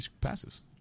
passes